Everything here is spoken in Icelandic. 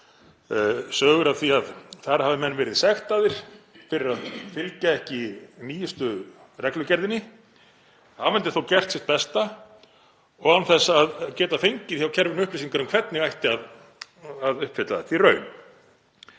sögur af því að þar hafi menn verið sektaðir fyrir að fylgja ekki nýjustu reglugerðinni eftir að hafa þó gert sitt besta og án þess að geta fengið hjá kerfinu upplýsingar um hvernig ætti að uppfylla þetta í raun.